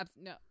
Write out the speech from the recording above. no